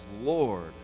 Lord